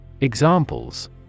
Examples